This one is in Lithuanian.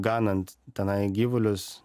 ganant tenai gyvulius